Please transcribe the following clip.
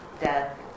death